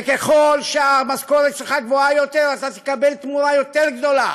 וככל שהמשכורת שלך גבוהה יותר אתה תקבל תמורה יותר גדולה.